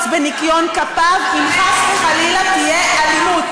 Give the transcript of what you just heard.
בניקיון כפיו אם חס וחלילה תהיה אלימות.